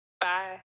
bye